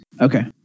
Okay